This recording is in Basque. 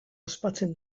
ospatzen